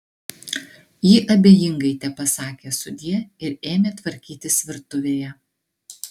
ji abejingai tepasakė sudie ir ėmė tvarkytis virtuvėje